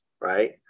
right